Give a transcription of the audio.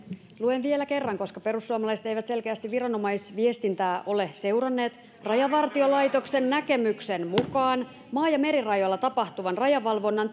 luen vielä kerran koska perussuomalaiset eivät selkeästi viranomaisviestintää ole seuranneet rajavartiolaitoksen näkemyksen mukaan maa ja merirajoilla tapahtuvan rajavalvonnan